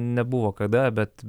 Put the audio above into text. nebuvo kada bet